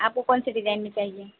आपको कौन से डिजाइन में चाहिए